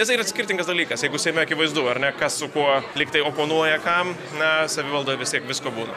nes tai yra skirtingas dalykas jeigu seime akivaizdu ar ne kas su kuo lyg tai oponuoja kam na savivaldoje vis tiek visko būna